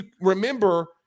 remember